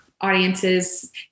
audience's